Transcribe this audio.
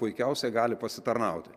puikiausiai gali pasitarnauti